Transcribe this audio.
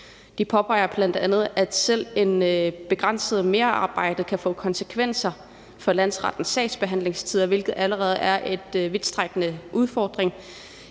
De påpeger bl.a., at selv et begrænset merarbejde kan få konsekvenser for landsrettens sagsbehandlingstider, hvilket allerede er en vidtrækkende udfordring.